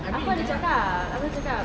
aku ada cakap aku cakap